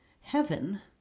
heaven